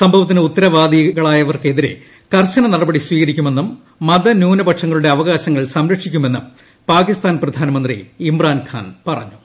സംഭവത്തിനുത്തരവാദികളായവർക്കെതിരെ കർശന നടപടി സ്വീക രിക്കുമെന്നും മതന്യൂനപക്ഷങ്ങളുടെ അവകാശങ്ങൾ സംരക്ഷിക്കു മെന്നും പാകിസ്ഥാൻ പ്രധാനമന്ത്രി ഇമ്രാൻഖാൻ പറഞ്ഞു